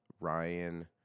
Ryan